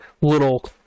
little